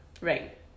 Right